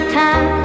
time